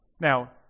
Now